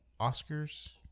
Oscars